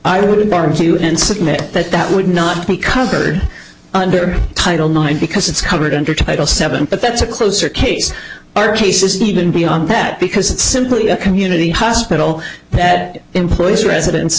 i would barbecue and submit that that would not be covered under title nine because it's covered under title seven but that's a closer case our case is even beyond that because it's simply a community hospital that employs residen